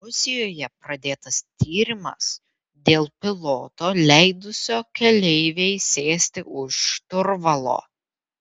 rusijoje pradėtas tyrimas dėl piloto leidusio keleivei sėsti už šturvalo